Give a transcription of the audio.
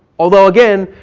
although again,